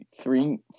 three